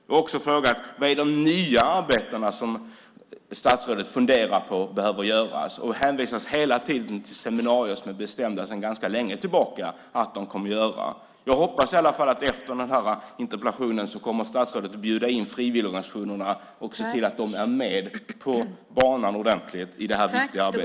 Jag har också frågat: Vilka är de nya arbeten som statsrådet funderar på behöver göras? Men jag hänvisas hela tiden till seminarier som är bestämda sedan ganska länge tillbaka. Jag hoppas i alla fall att statsrådet efter den här interpellationen kommer att bjuda in frivilligorganisationerna och se till att de är med på banan ordentligt i det här viktiga arbetet.